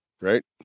right